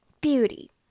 Beauty